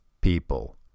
people